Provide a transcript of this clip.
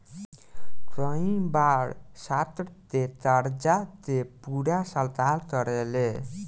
कई बार छात्र के कर्जा के पूरा सरकार करेले